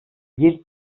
bir